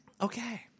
Okay